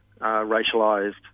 racialised